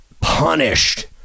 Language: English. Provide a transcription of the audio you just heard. punished